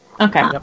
Okay